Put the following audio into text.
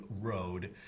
Road